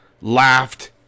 laughed